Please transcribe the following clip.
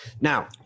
Now